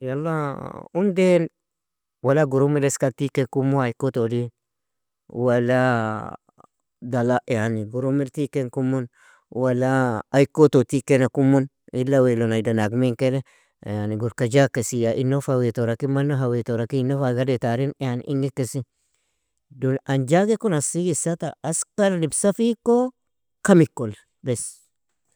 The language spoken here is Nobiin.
Yala unden wala gurumil esika tikekumu aykotodi, wala dala yani gurumil tikekumun, wala ay koto tikinekumun, ila wealon aydan ag mean kene, yani gurka jakasi ya ino fa wea tora kin, mano ha wea tora ki, ino ha gade tarin, yani ingikesin dun an jagekon asig isata askar lipisafiko, kamikoli bes.